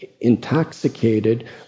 intoxicated